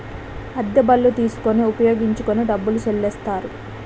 అద్దె బళ్ళు తీసుకొని ఉపయోగించుకొని డబ్బులు చెల్లిస్తారు